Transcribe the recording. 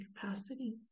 capacities